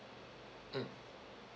mm